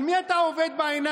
על מי אתה עובד בעיניים?